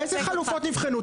איזה חלופות נבחנו?